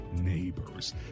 neighbors